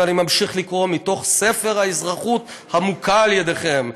ואני ממשיך לקרוא מתוך ספר האזרחות המוכה על-ידיכם,